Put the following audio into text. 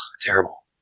terrible